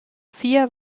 vier